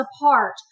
apart